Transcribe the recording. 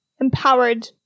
empowered